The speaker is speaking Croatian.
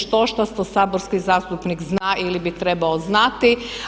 Štošta što saborski zastupnik zna ili bi trebao znati.